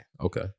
Okay